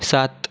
सात